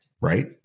right